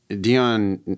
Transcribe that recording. Dion